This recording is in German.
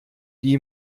die